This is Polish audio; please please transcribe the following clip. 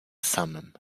samym